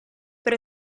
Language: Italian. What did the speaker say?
per